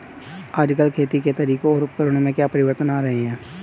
आजकल खेती के तरीकों और उपकरणों में क्या परिवर्तन आ रहें हैं?